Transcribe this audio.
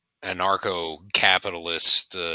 anarcho-capitalist